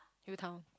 U-Town